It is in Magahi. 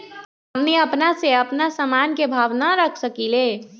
हमनी अपना से अपना सामन के भाव न रख सकींले?